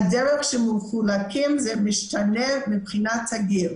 הדרך שמחולקים זה משתנה מבחינת הגיל.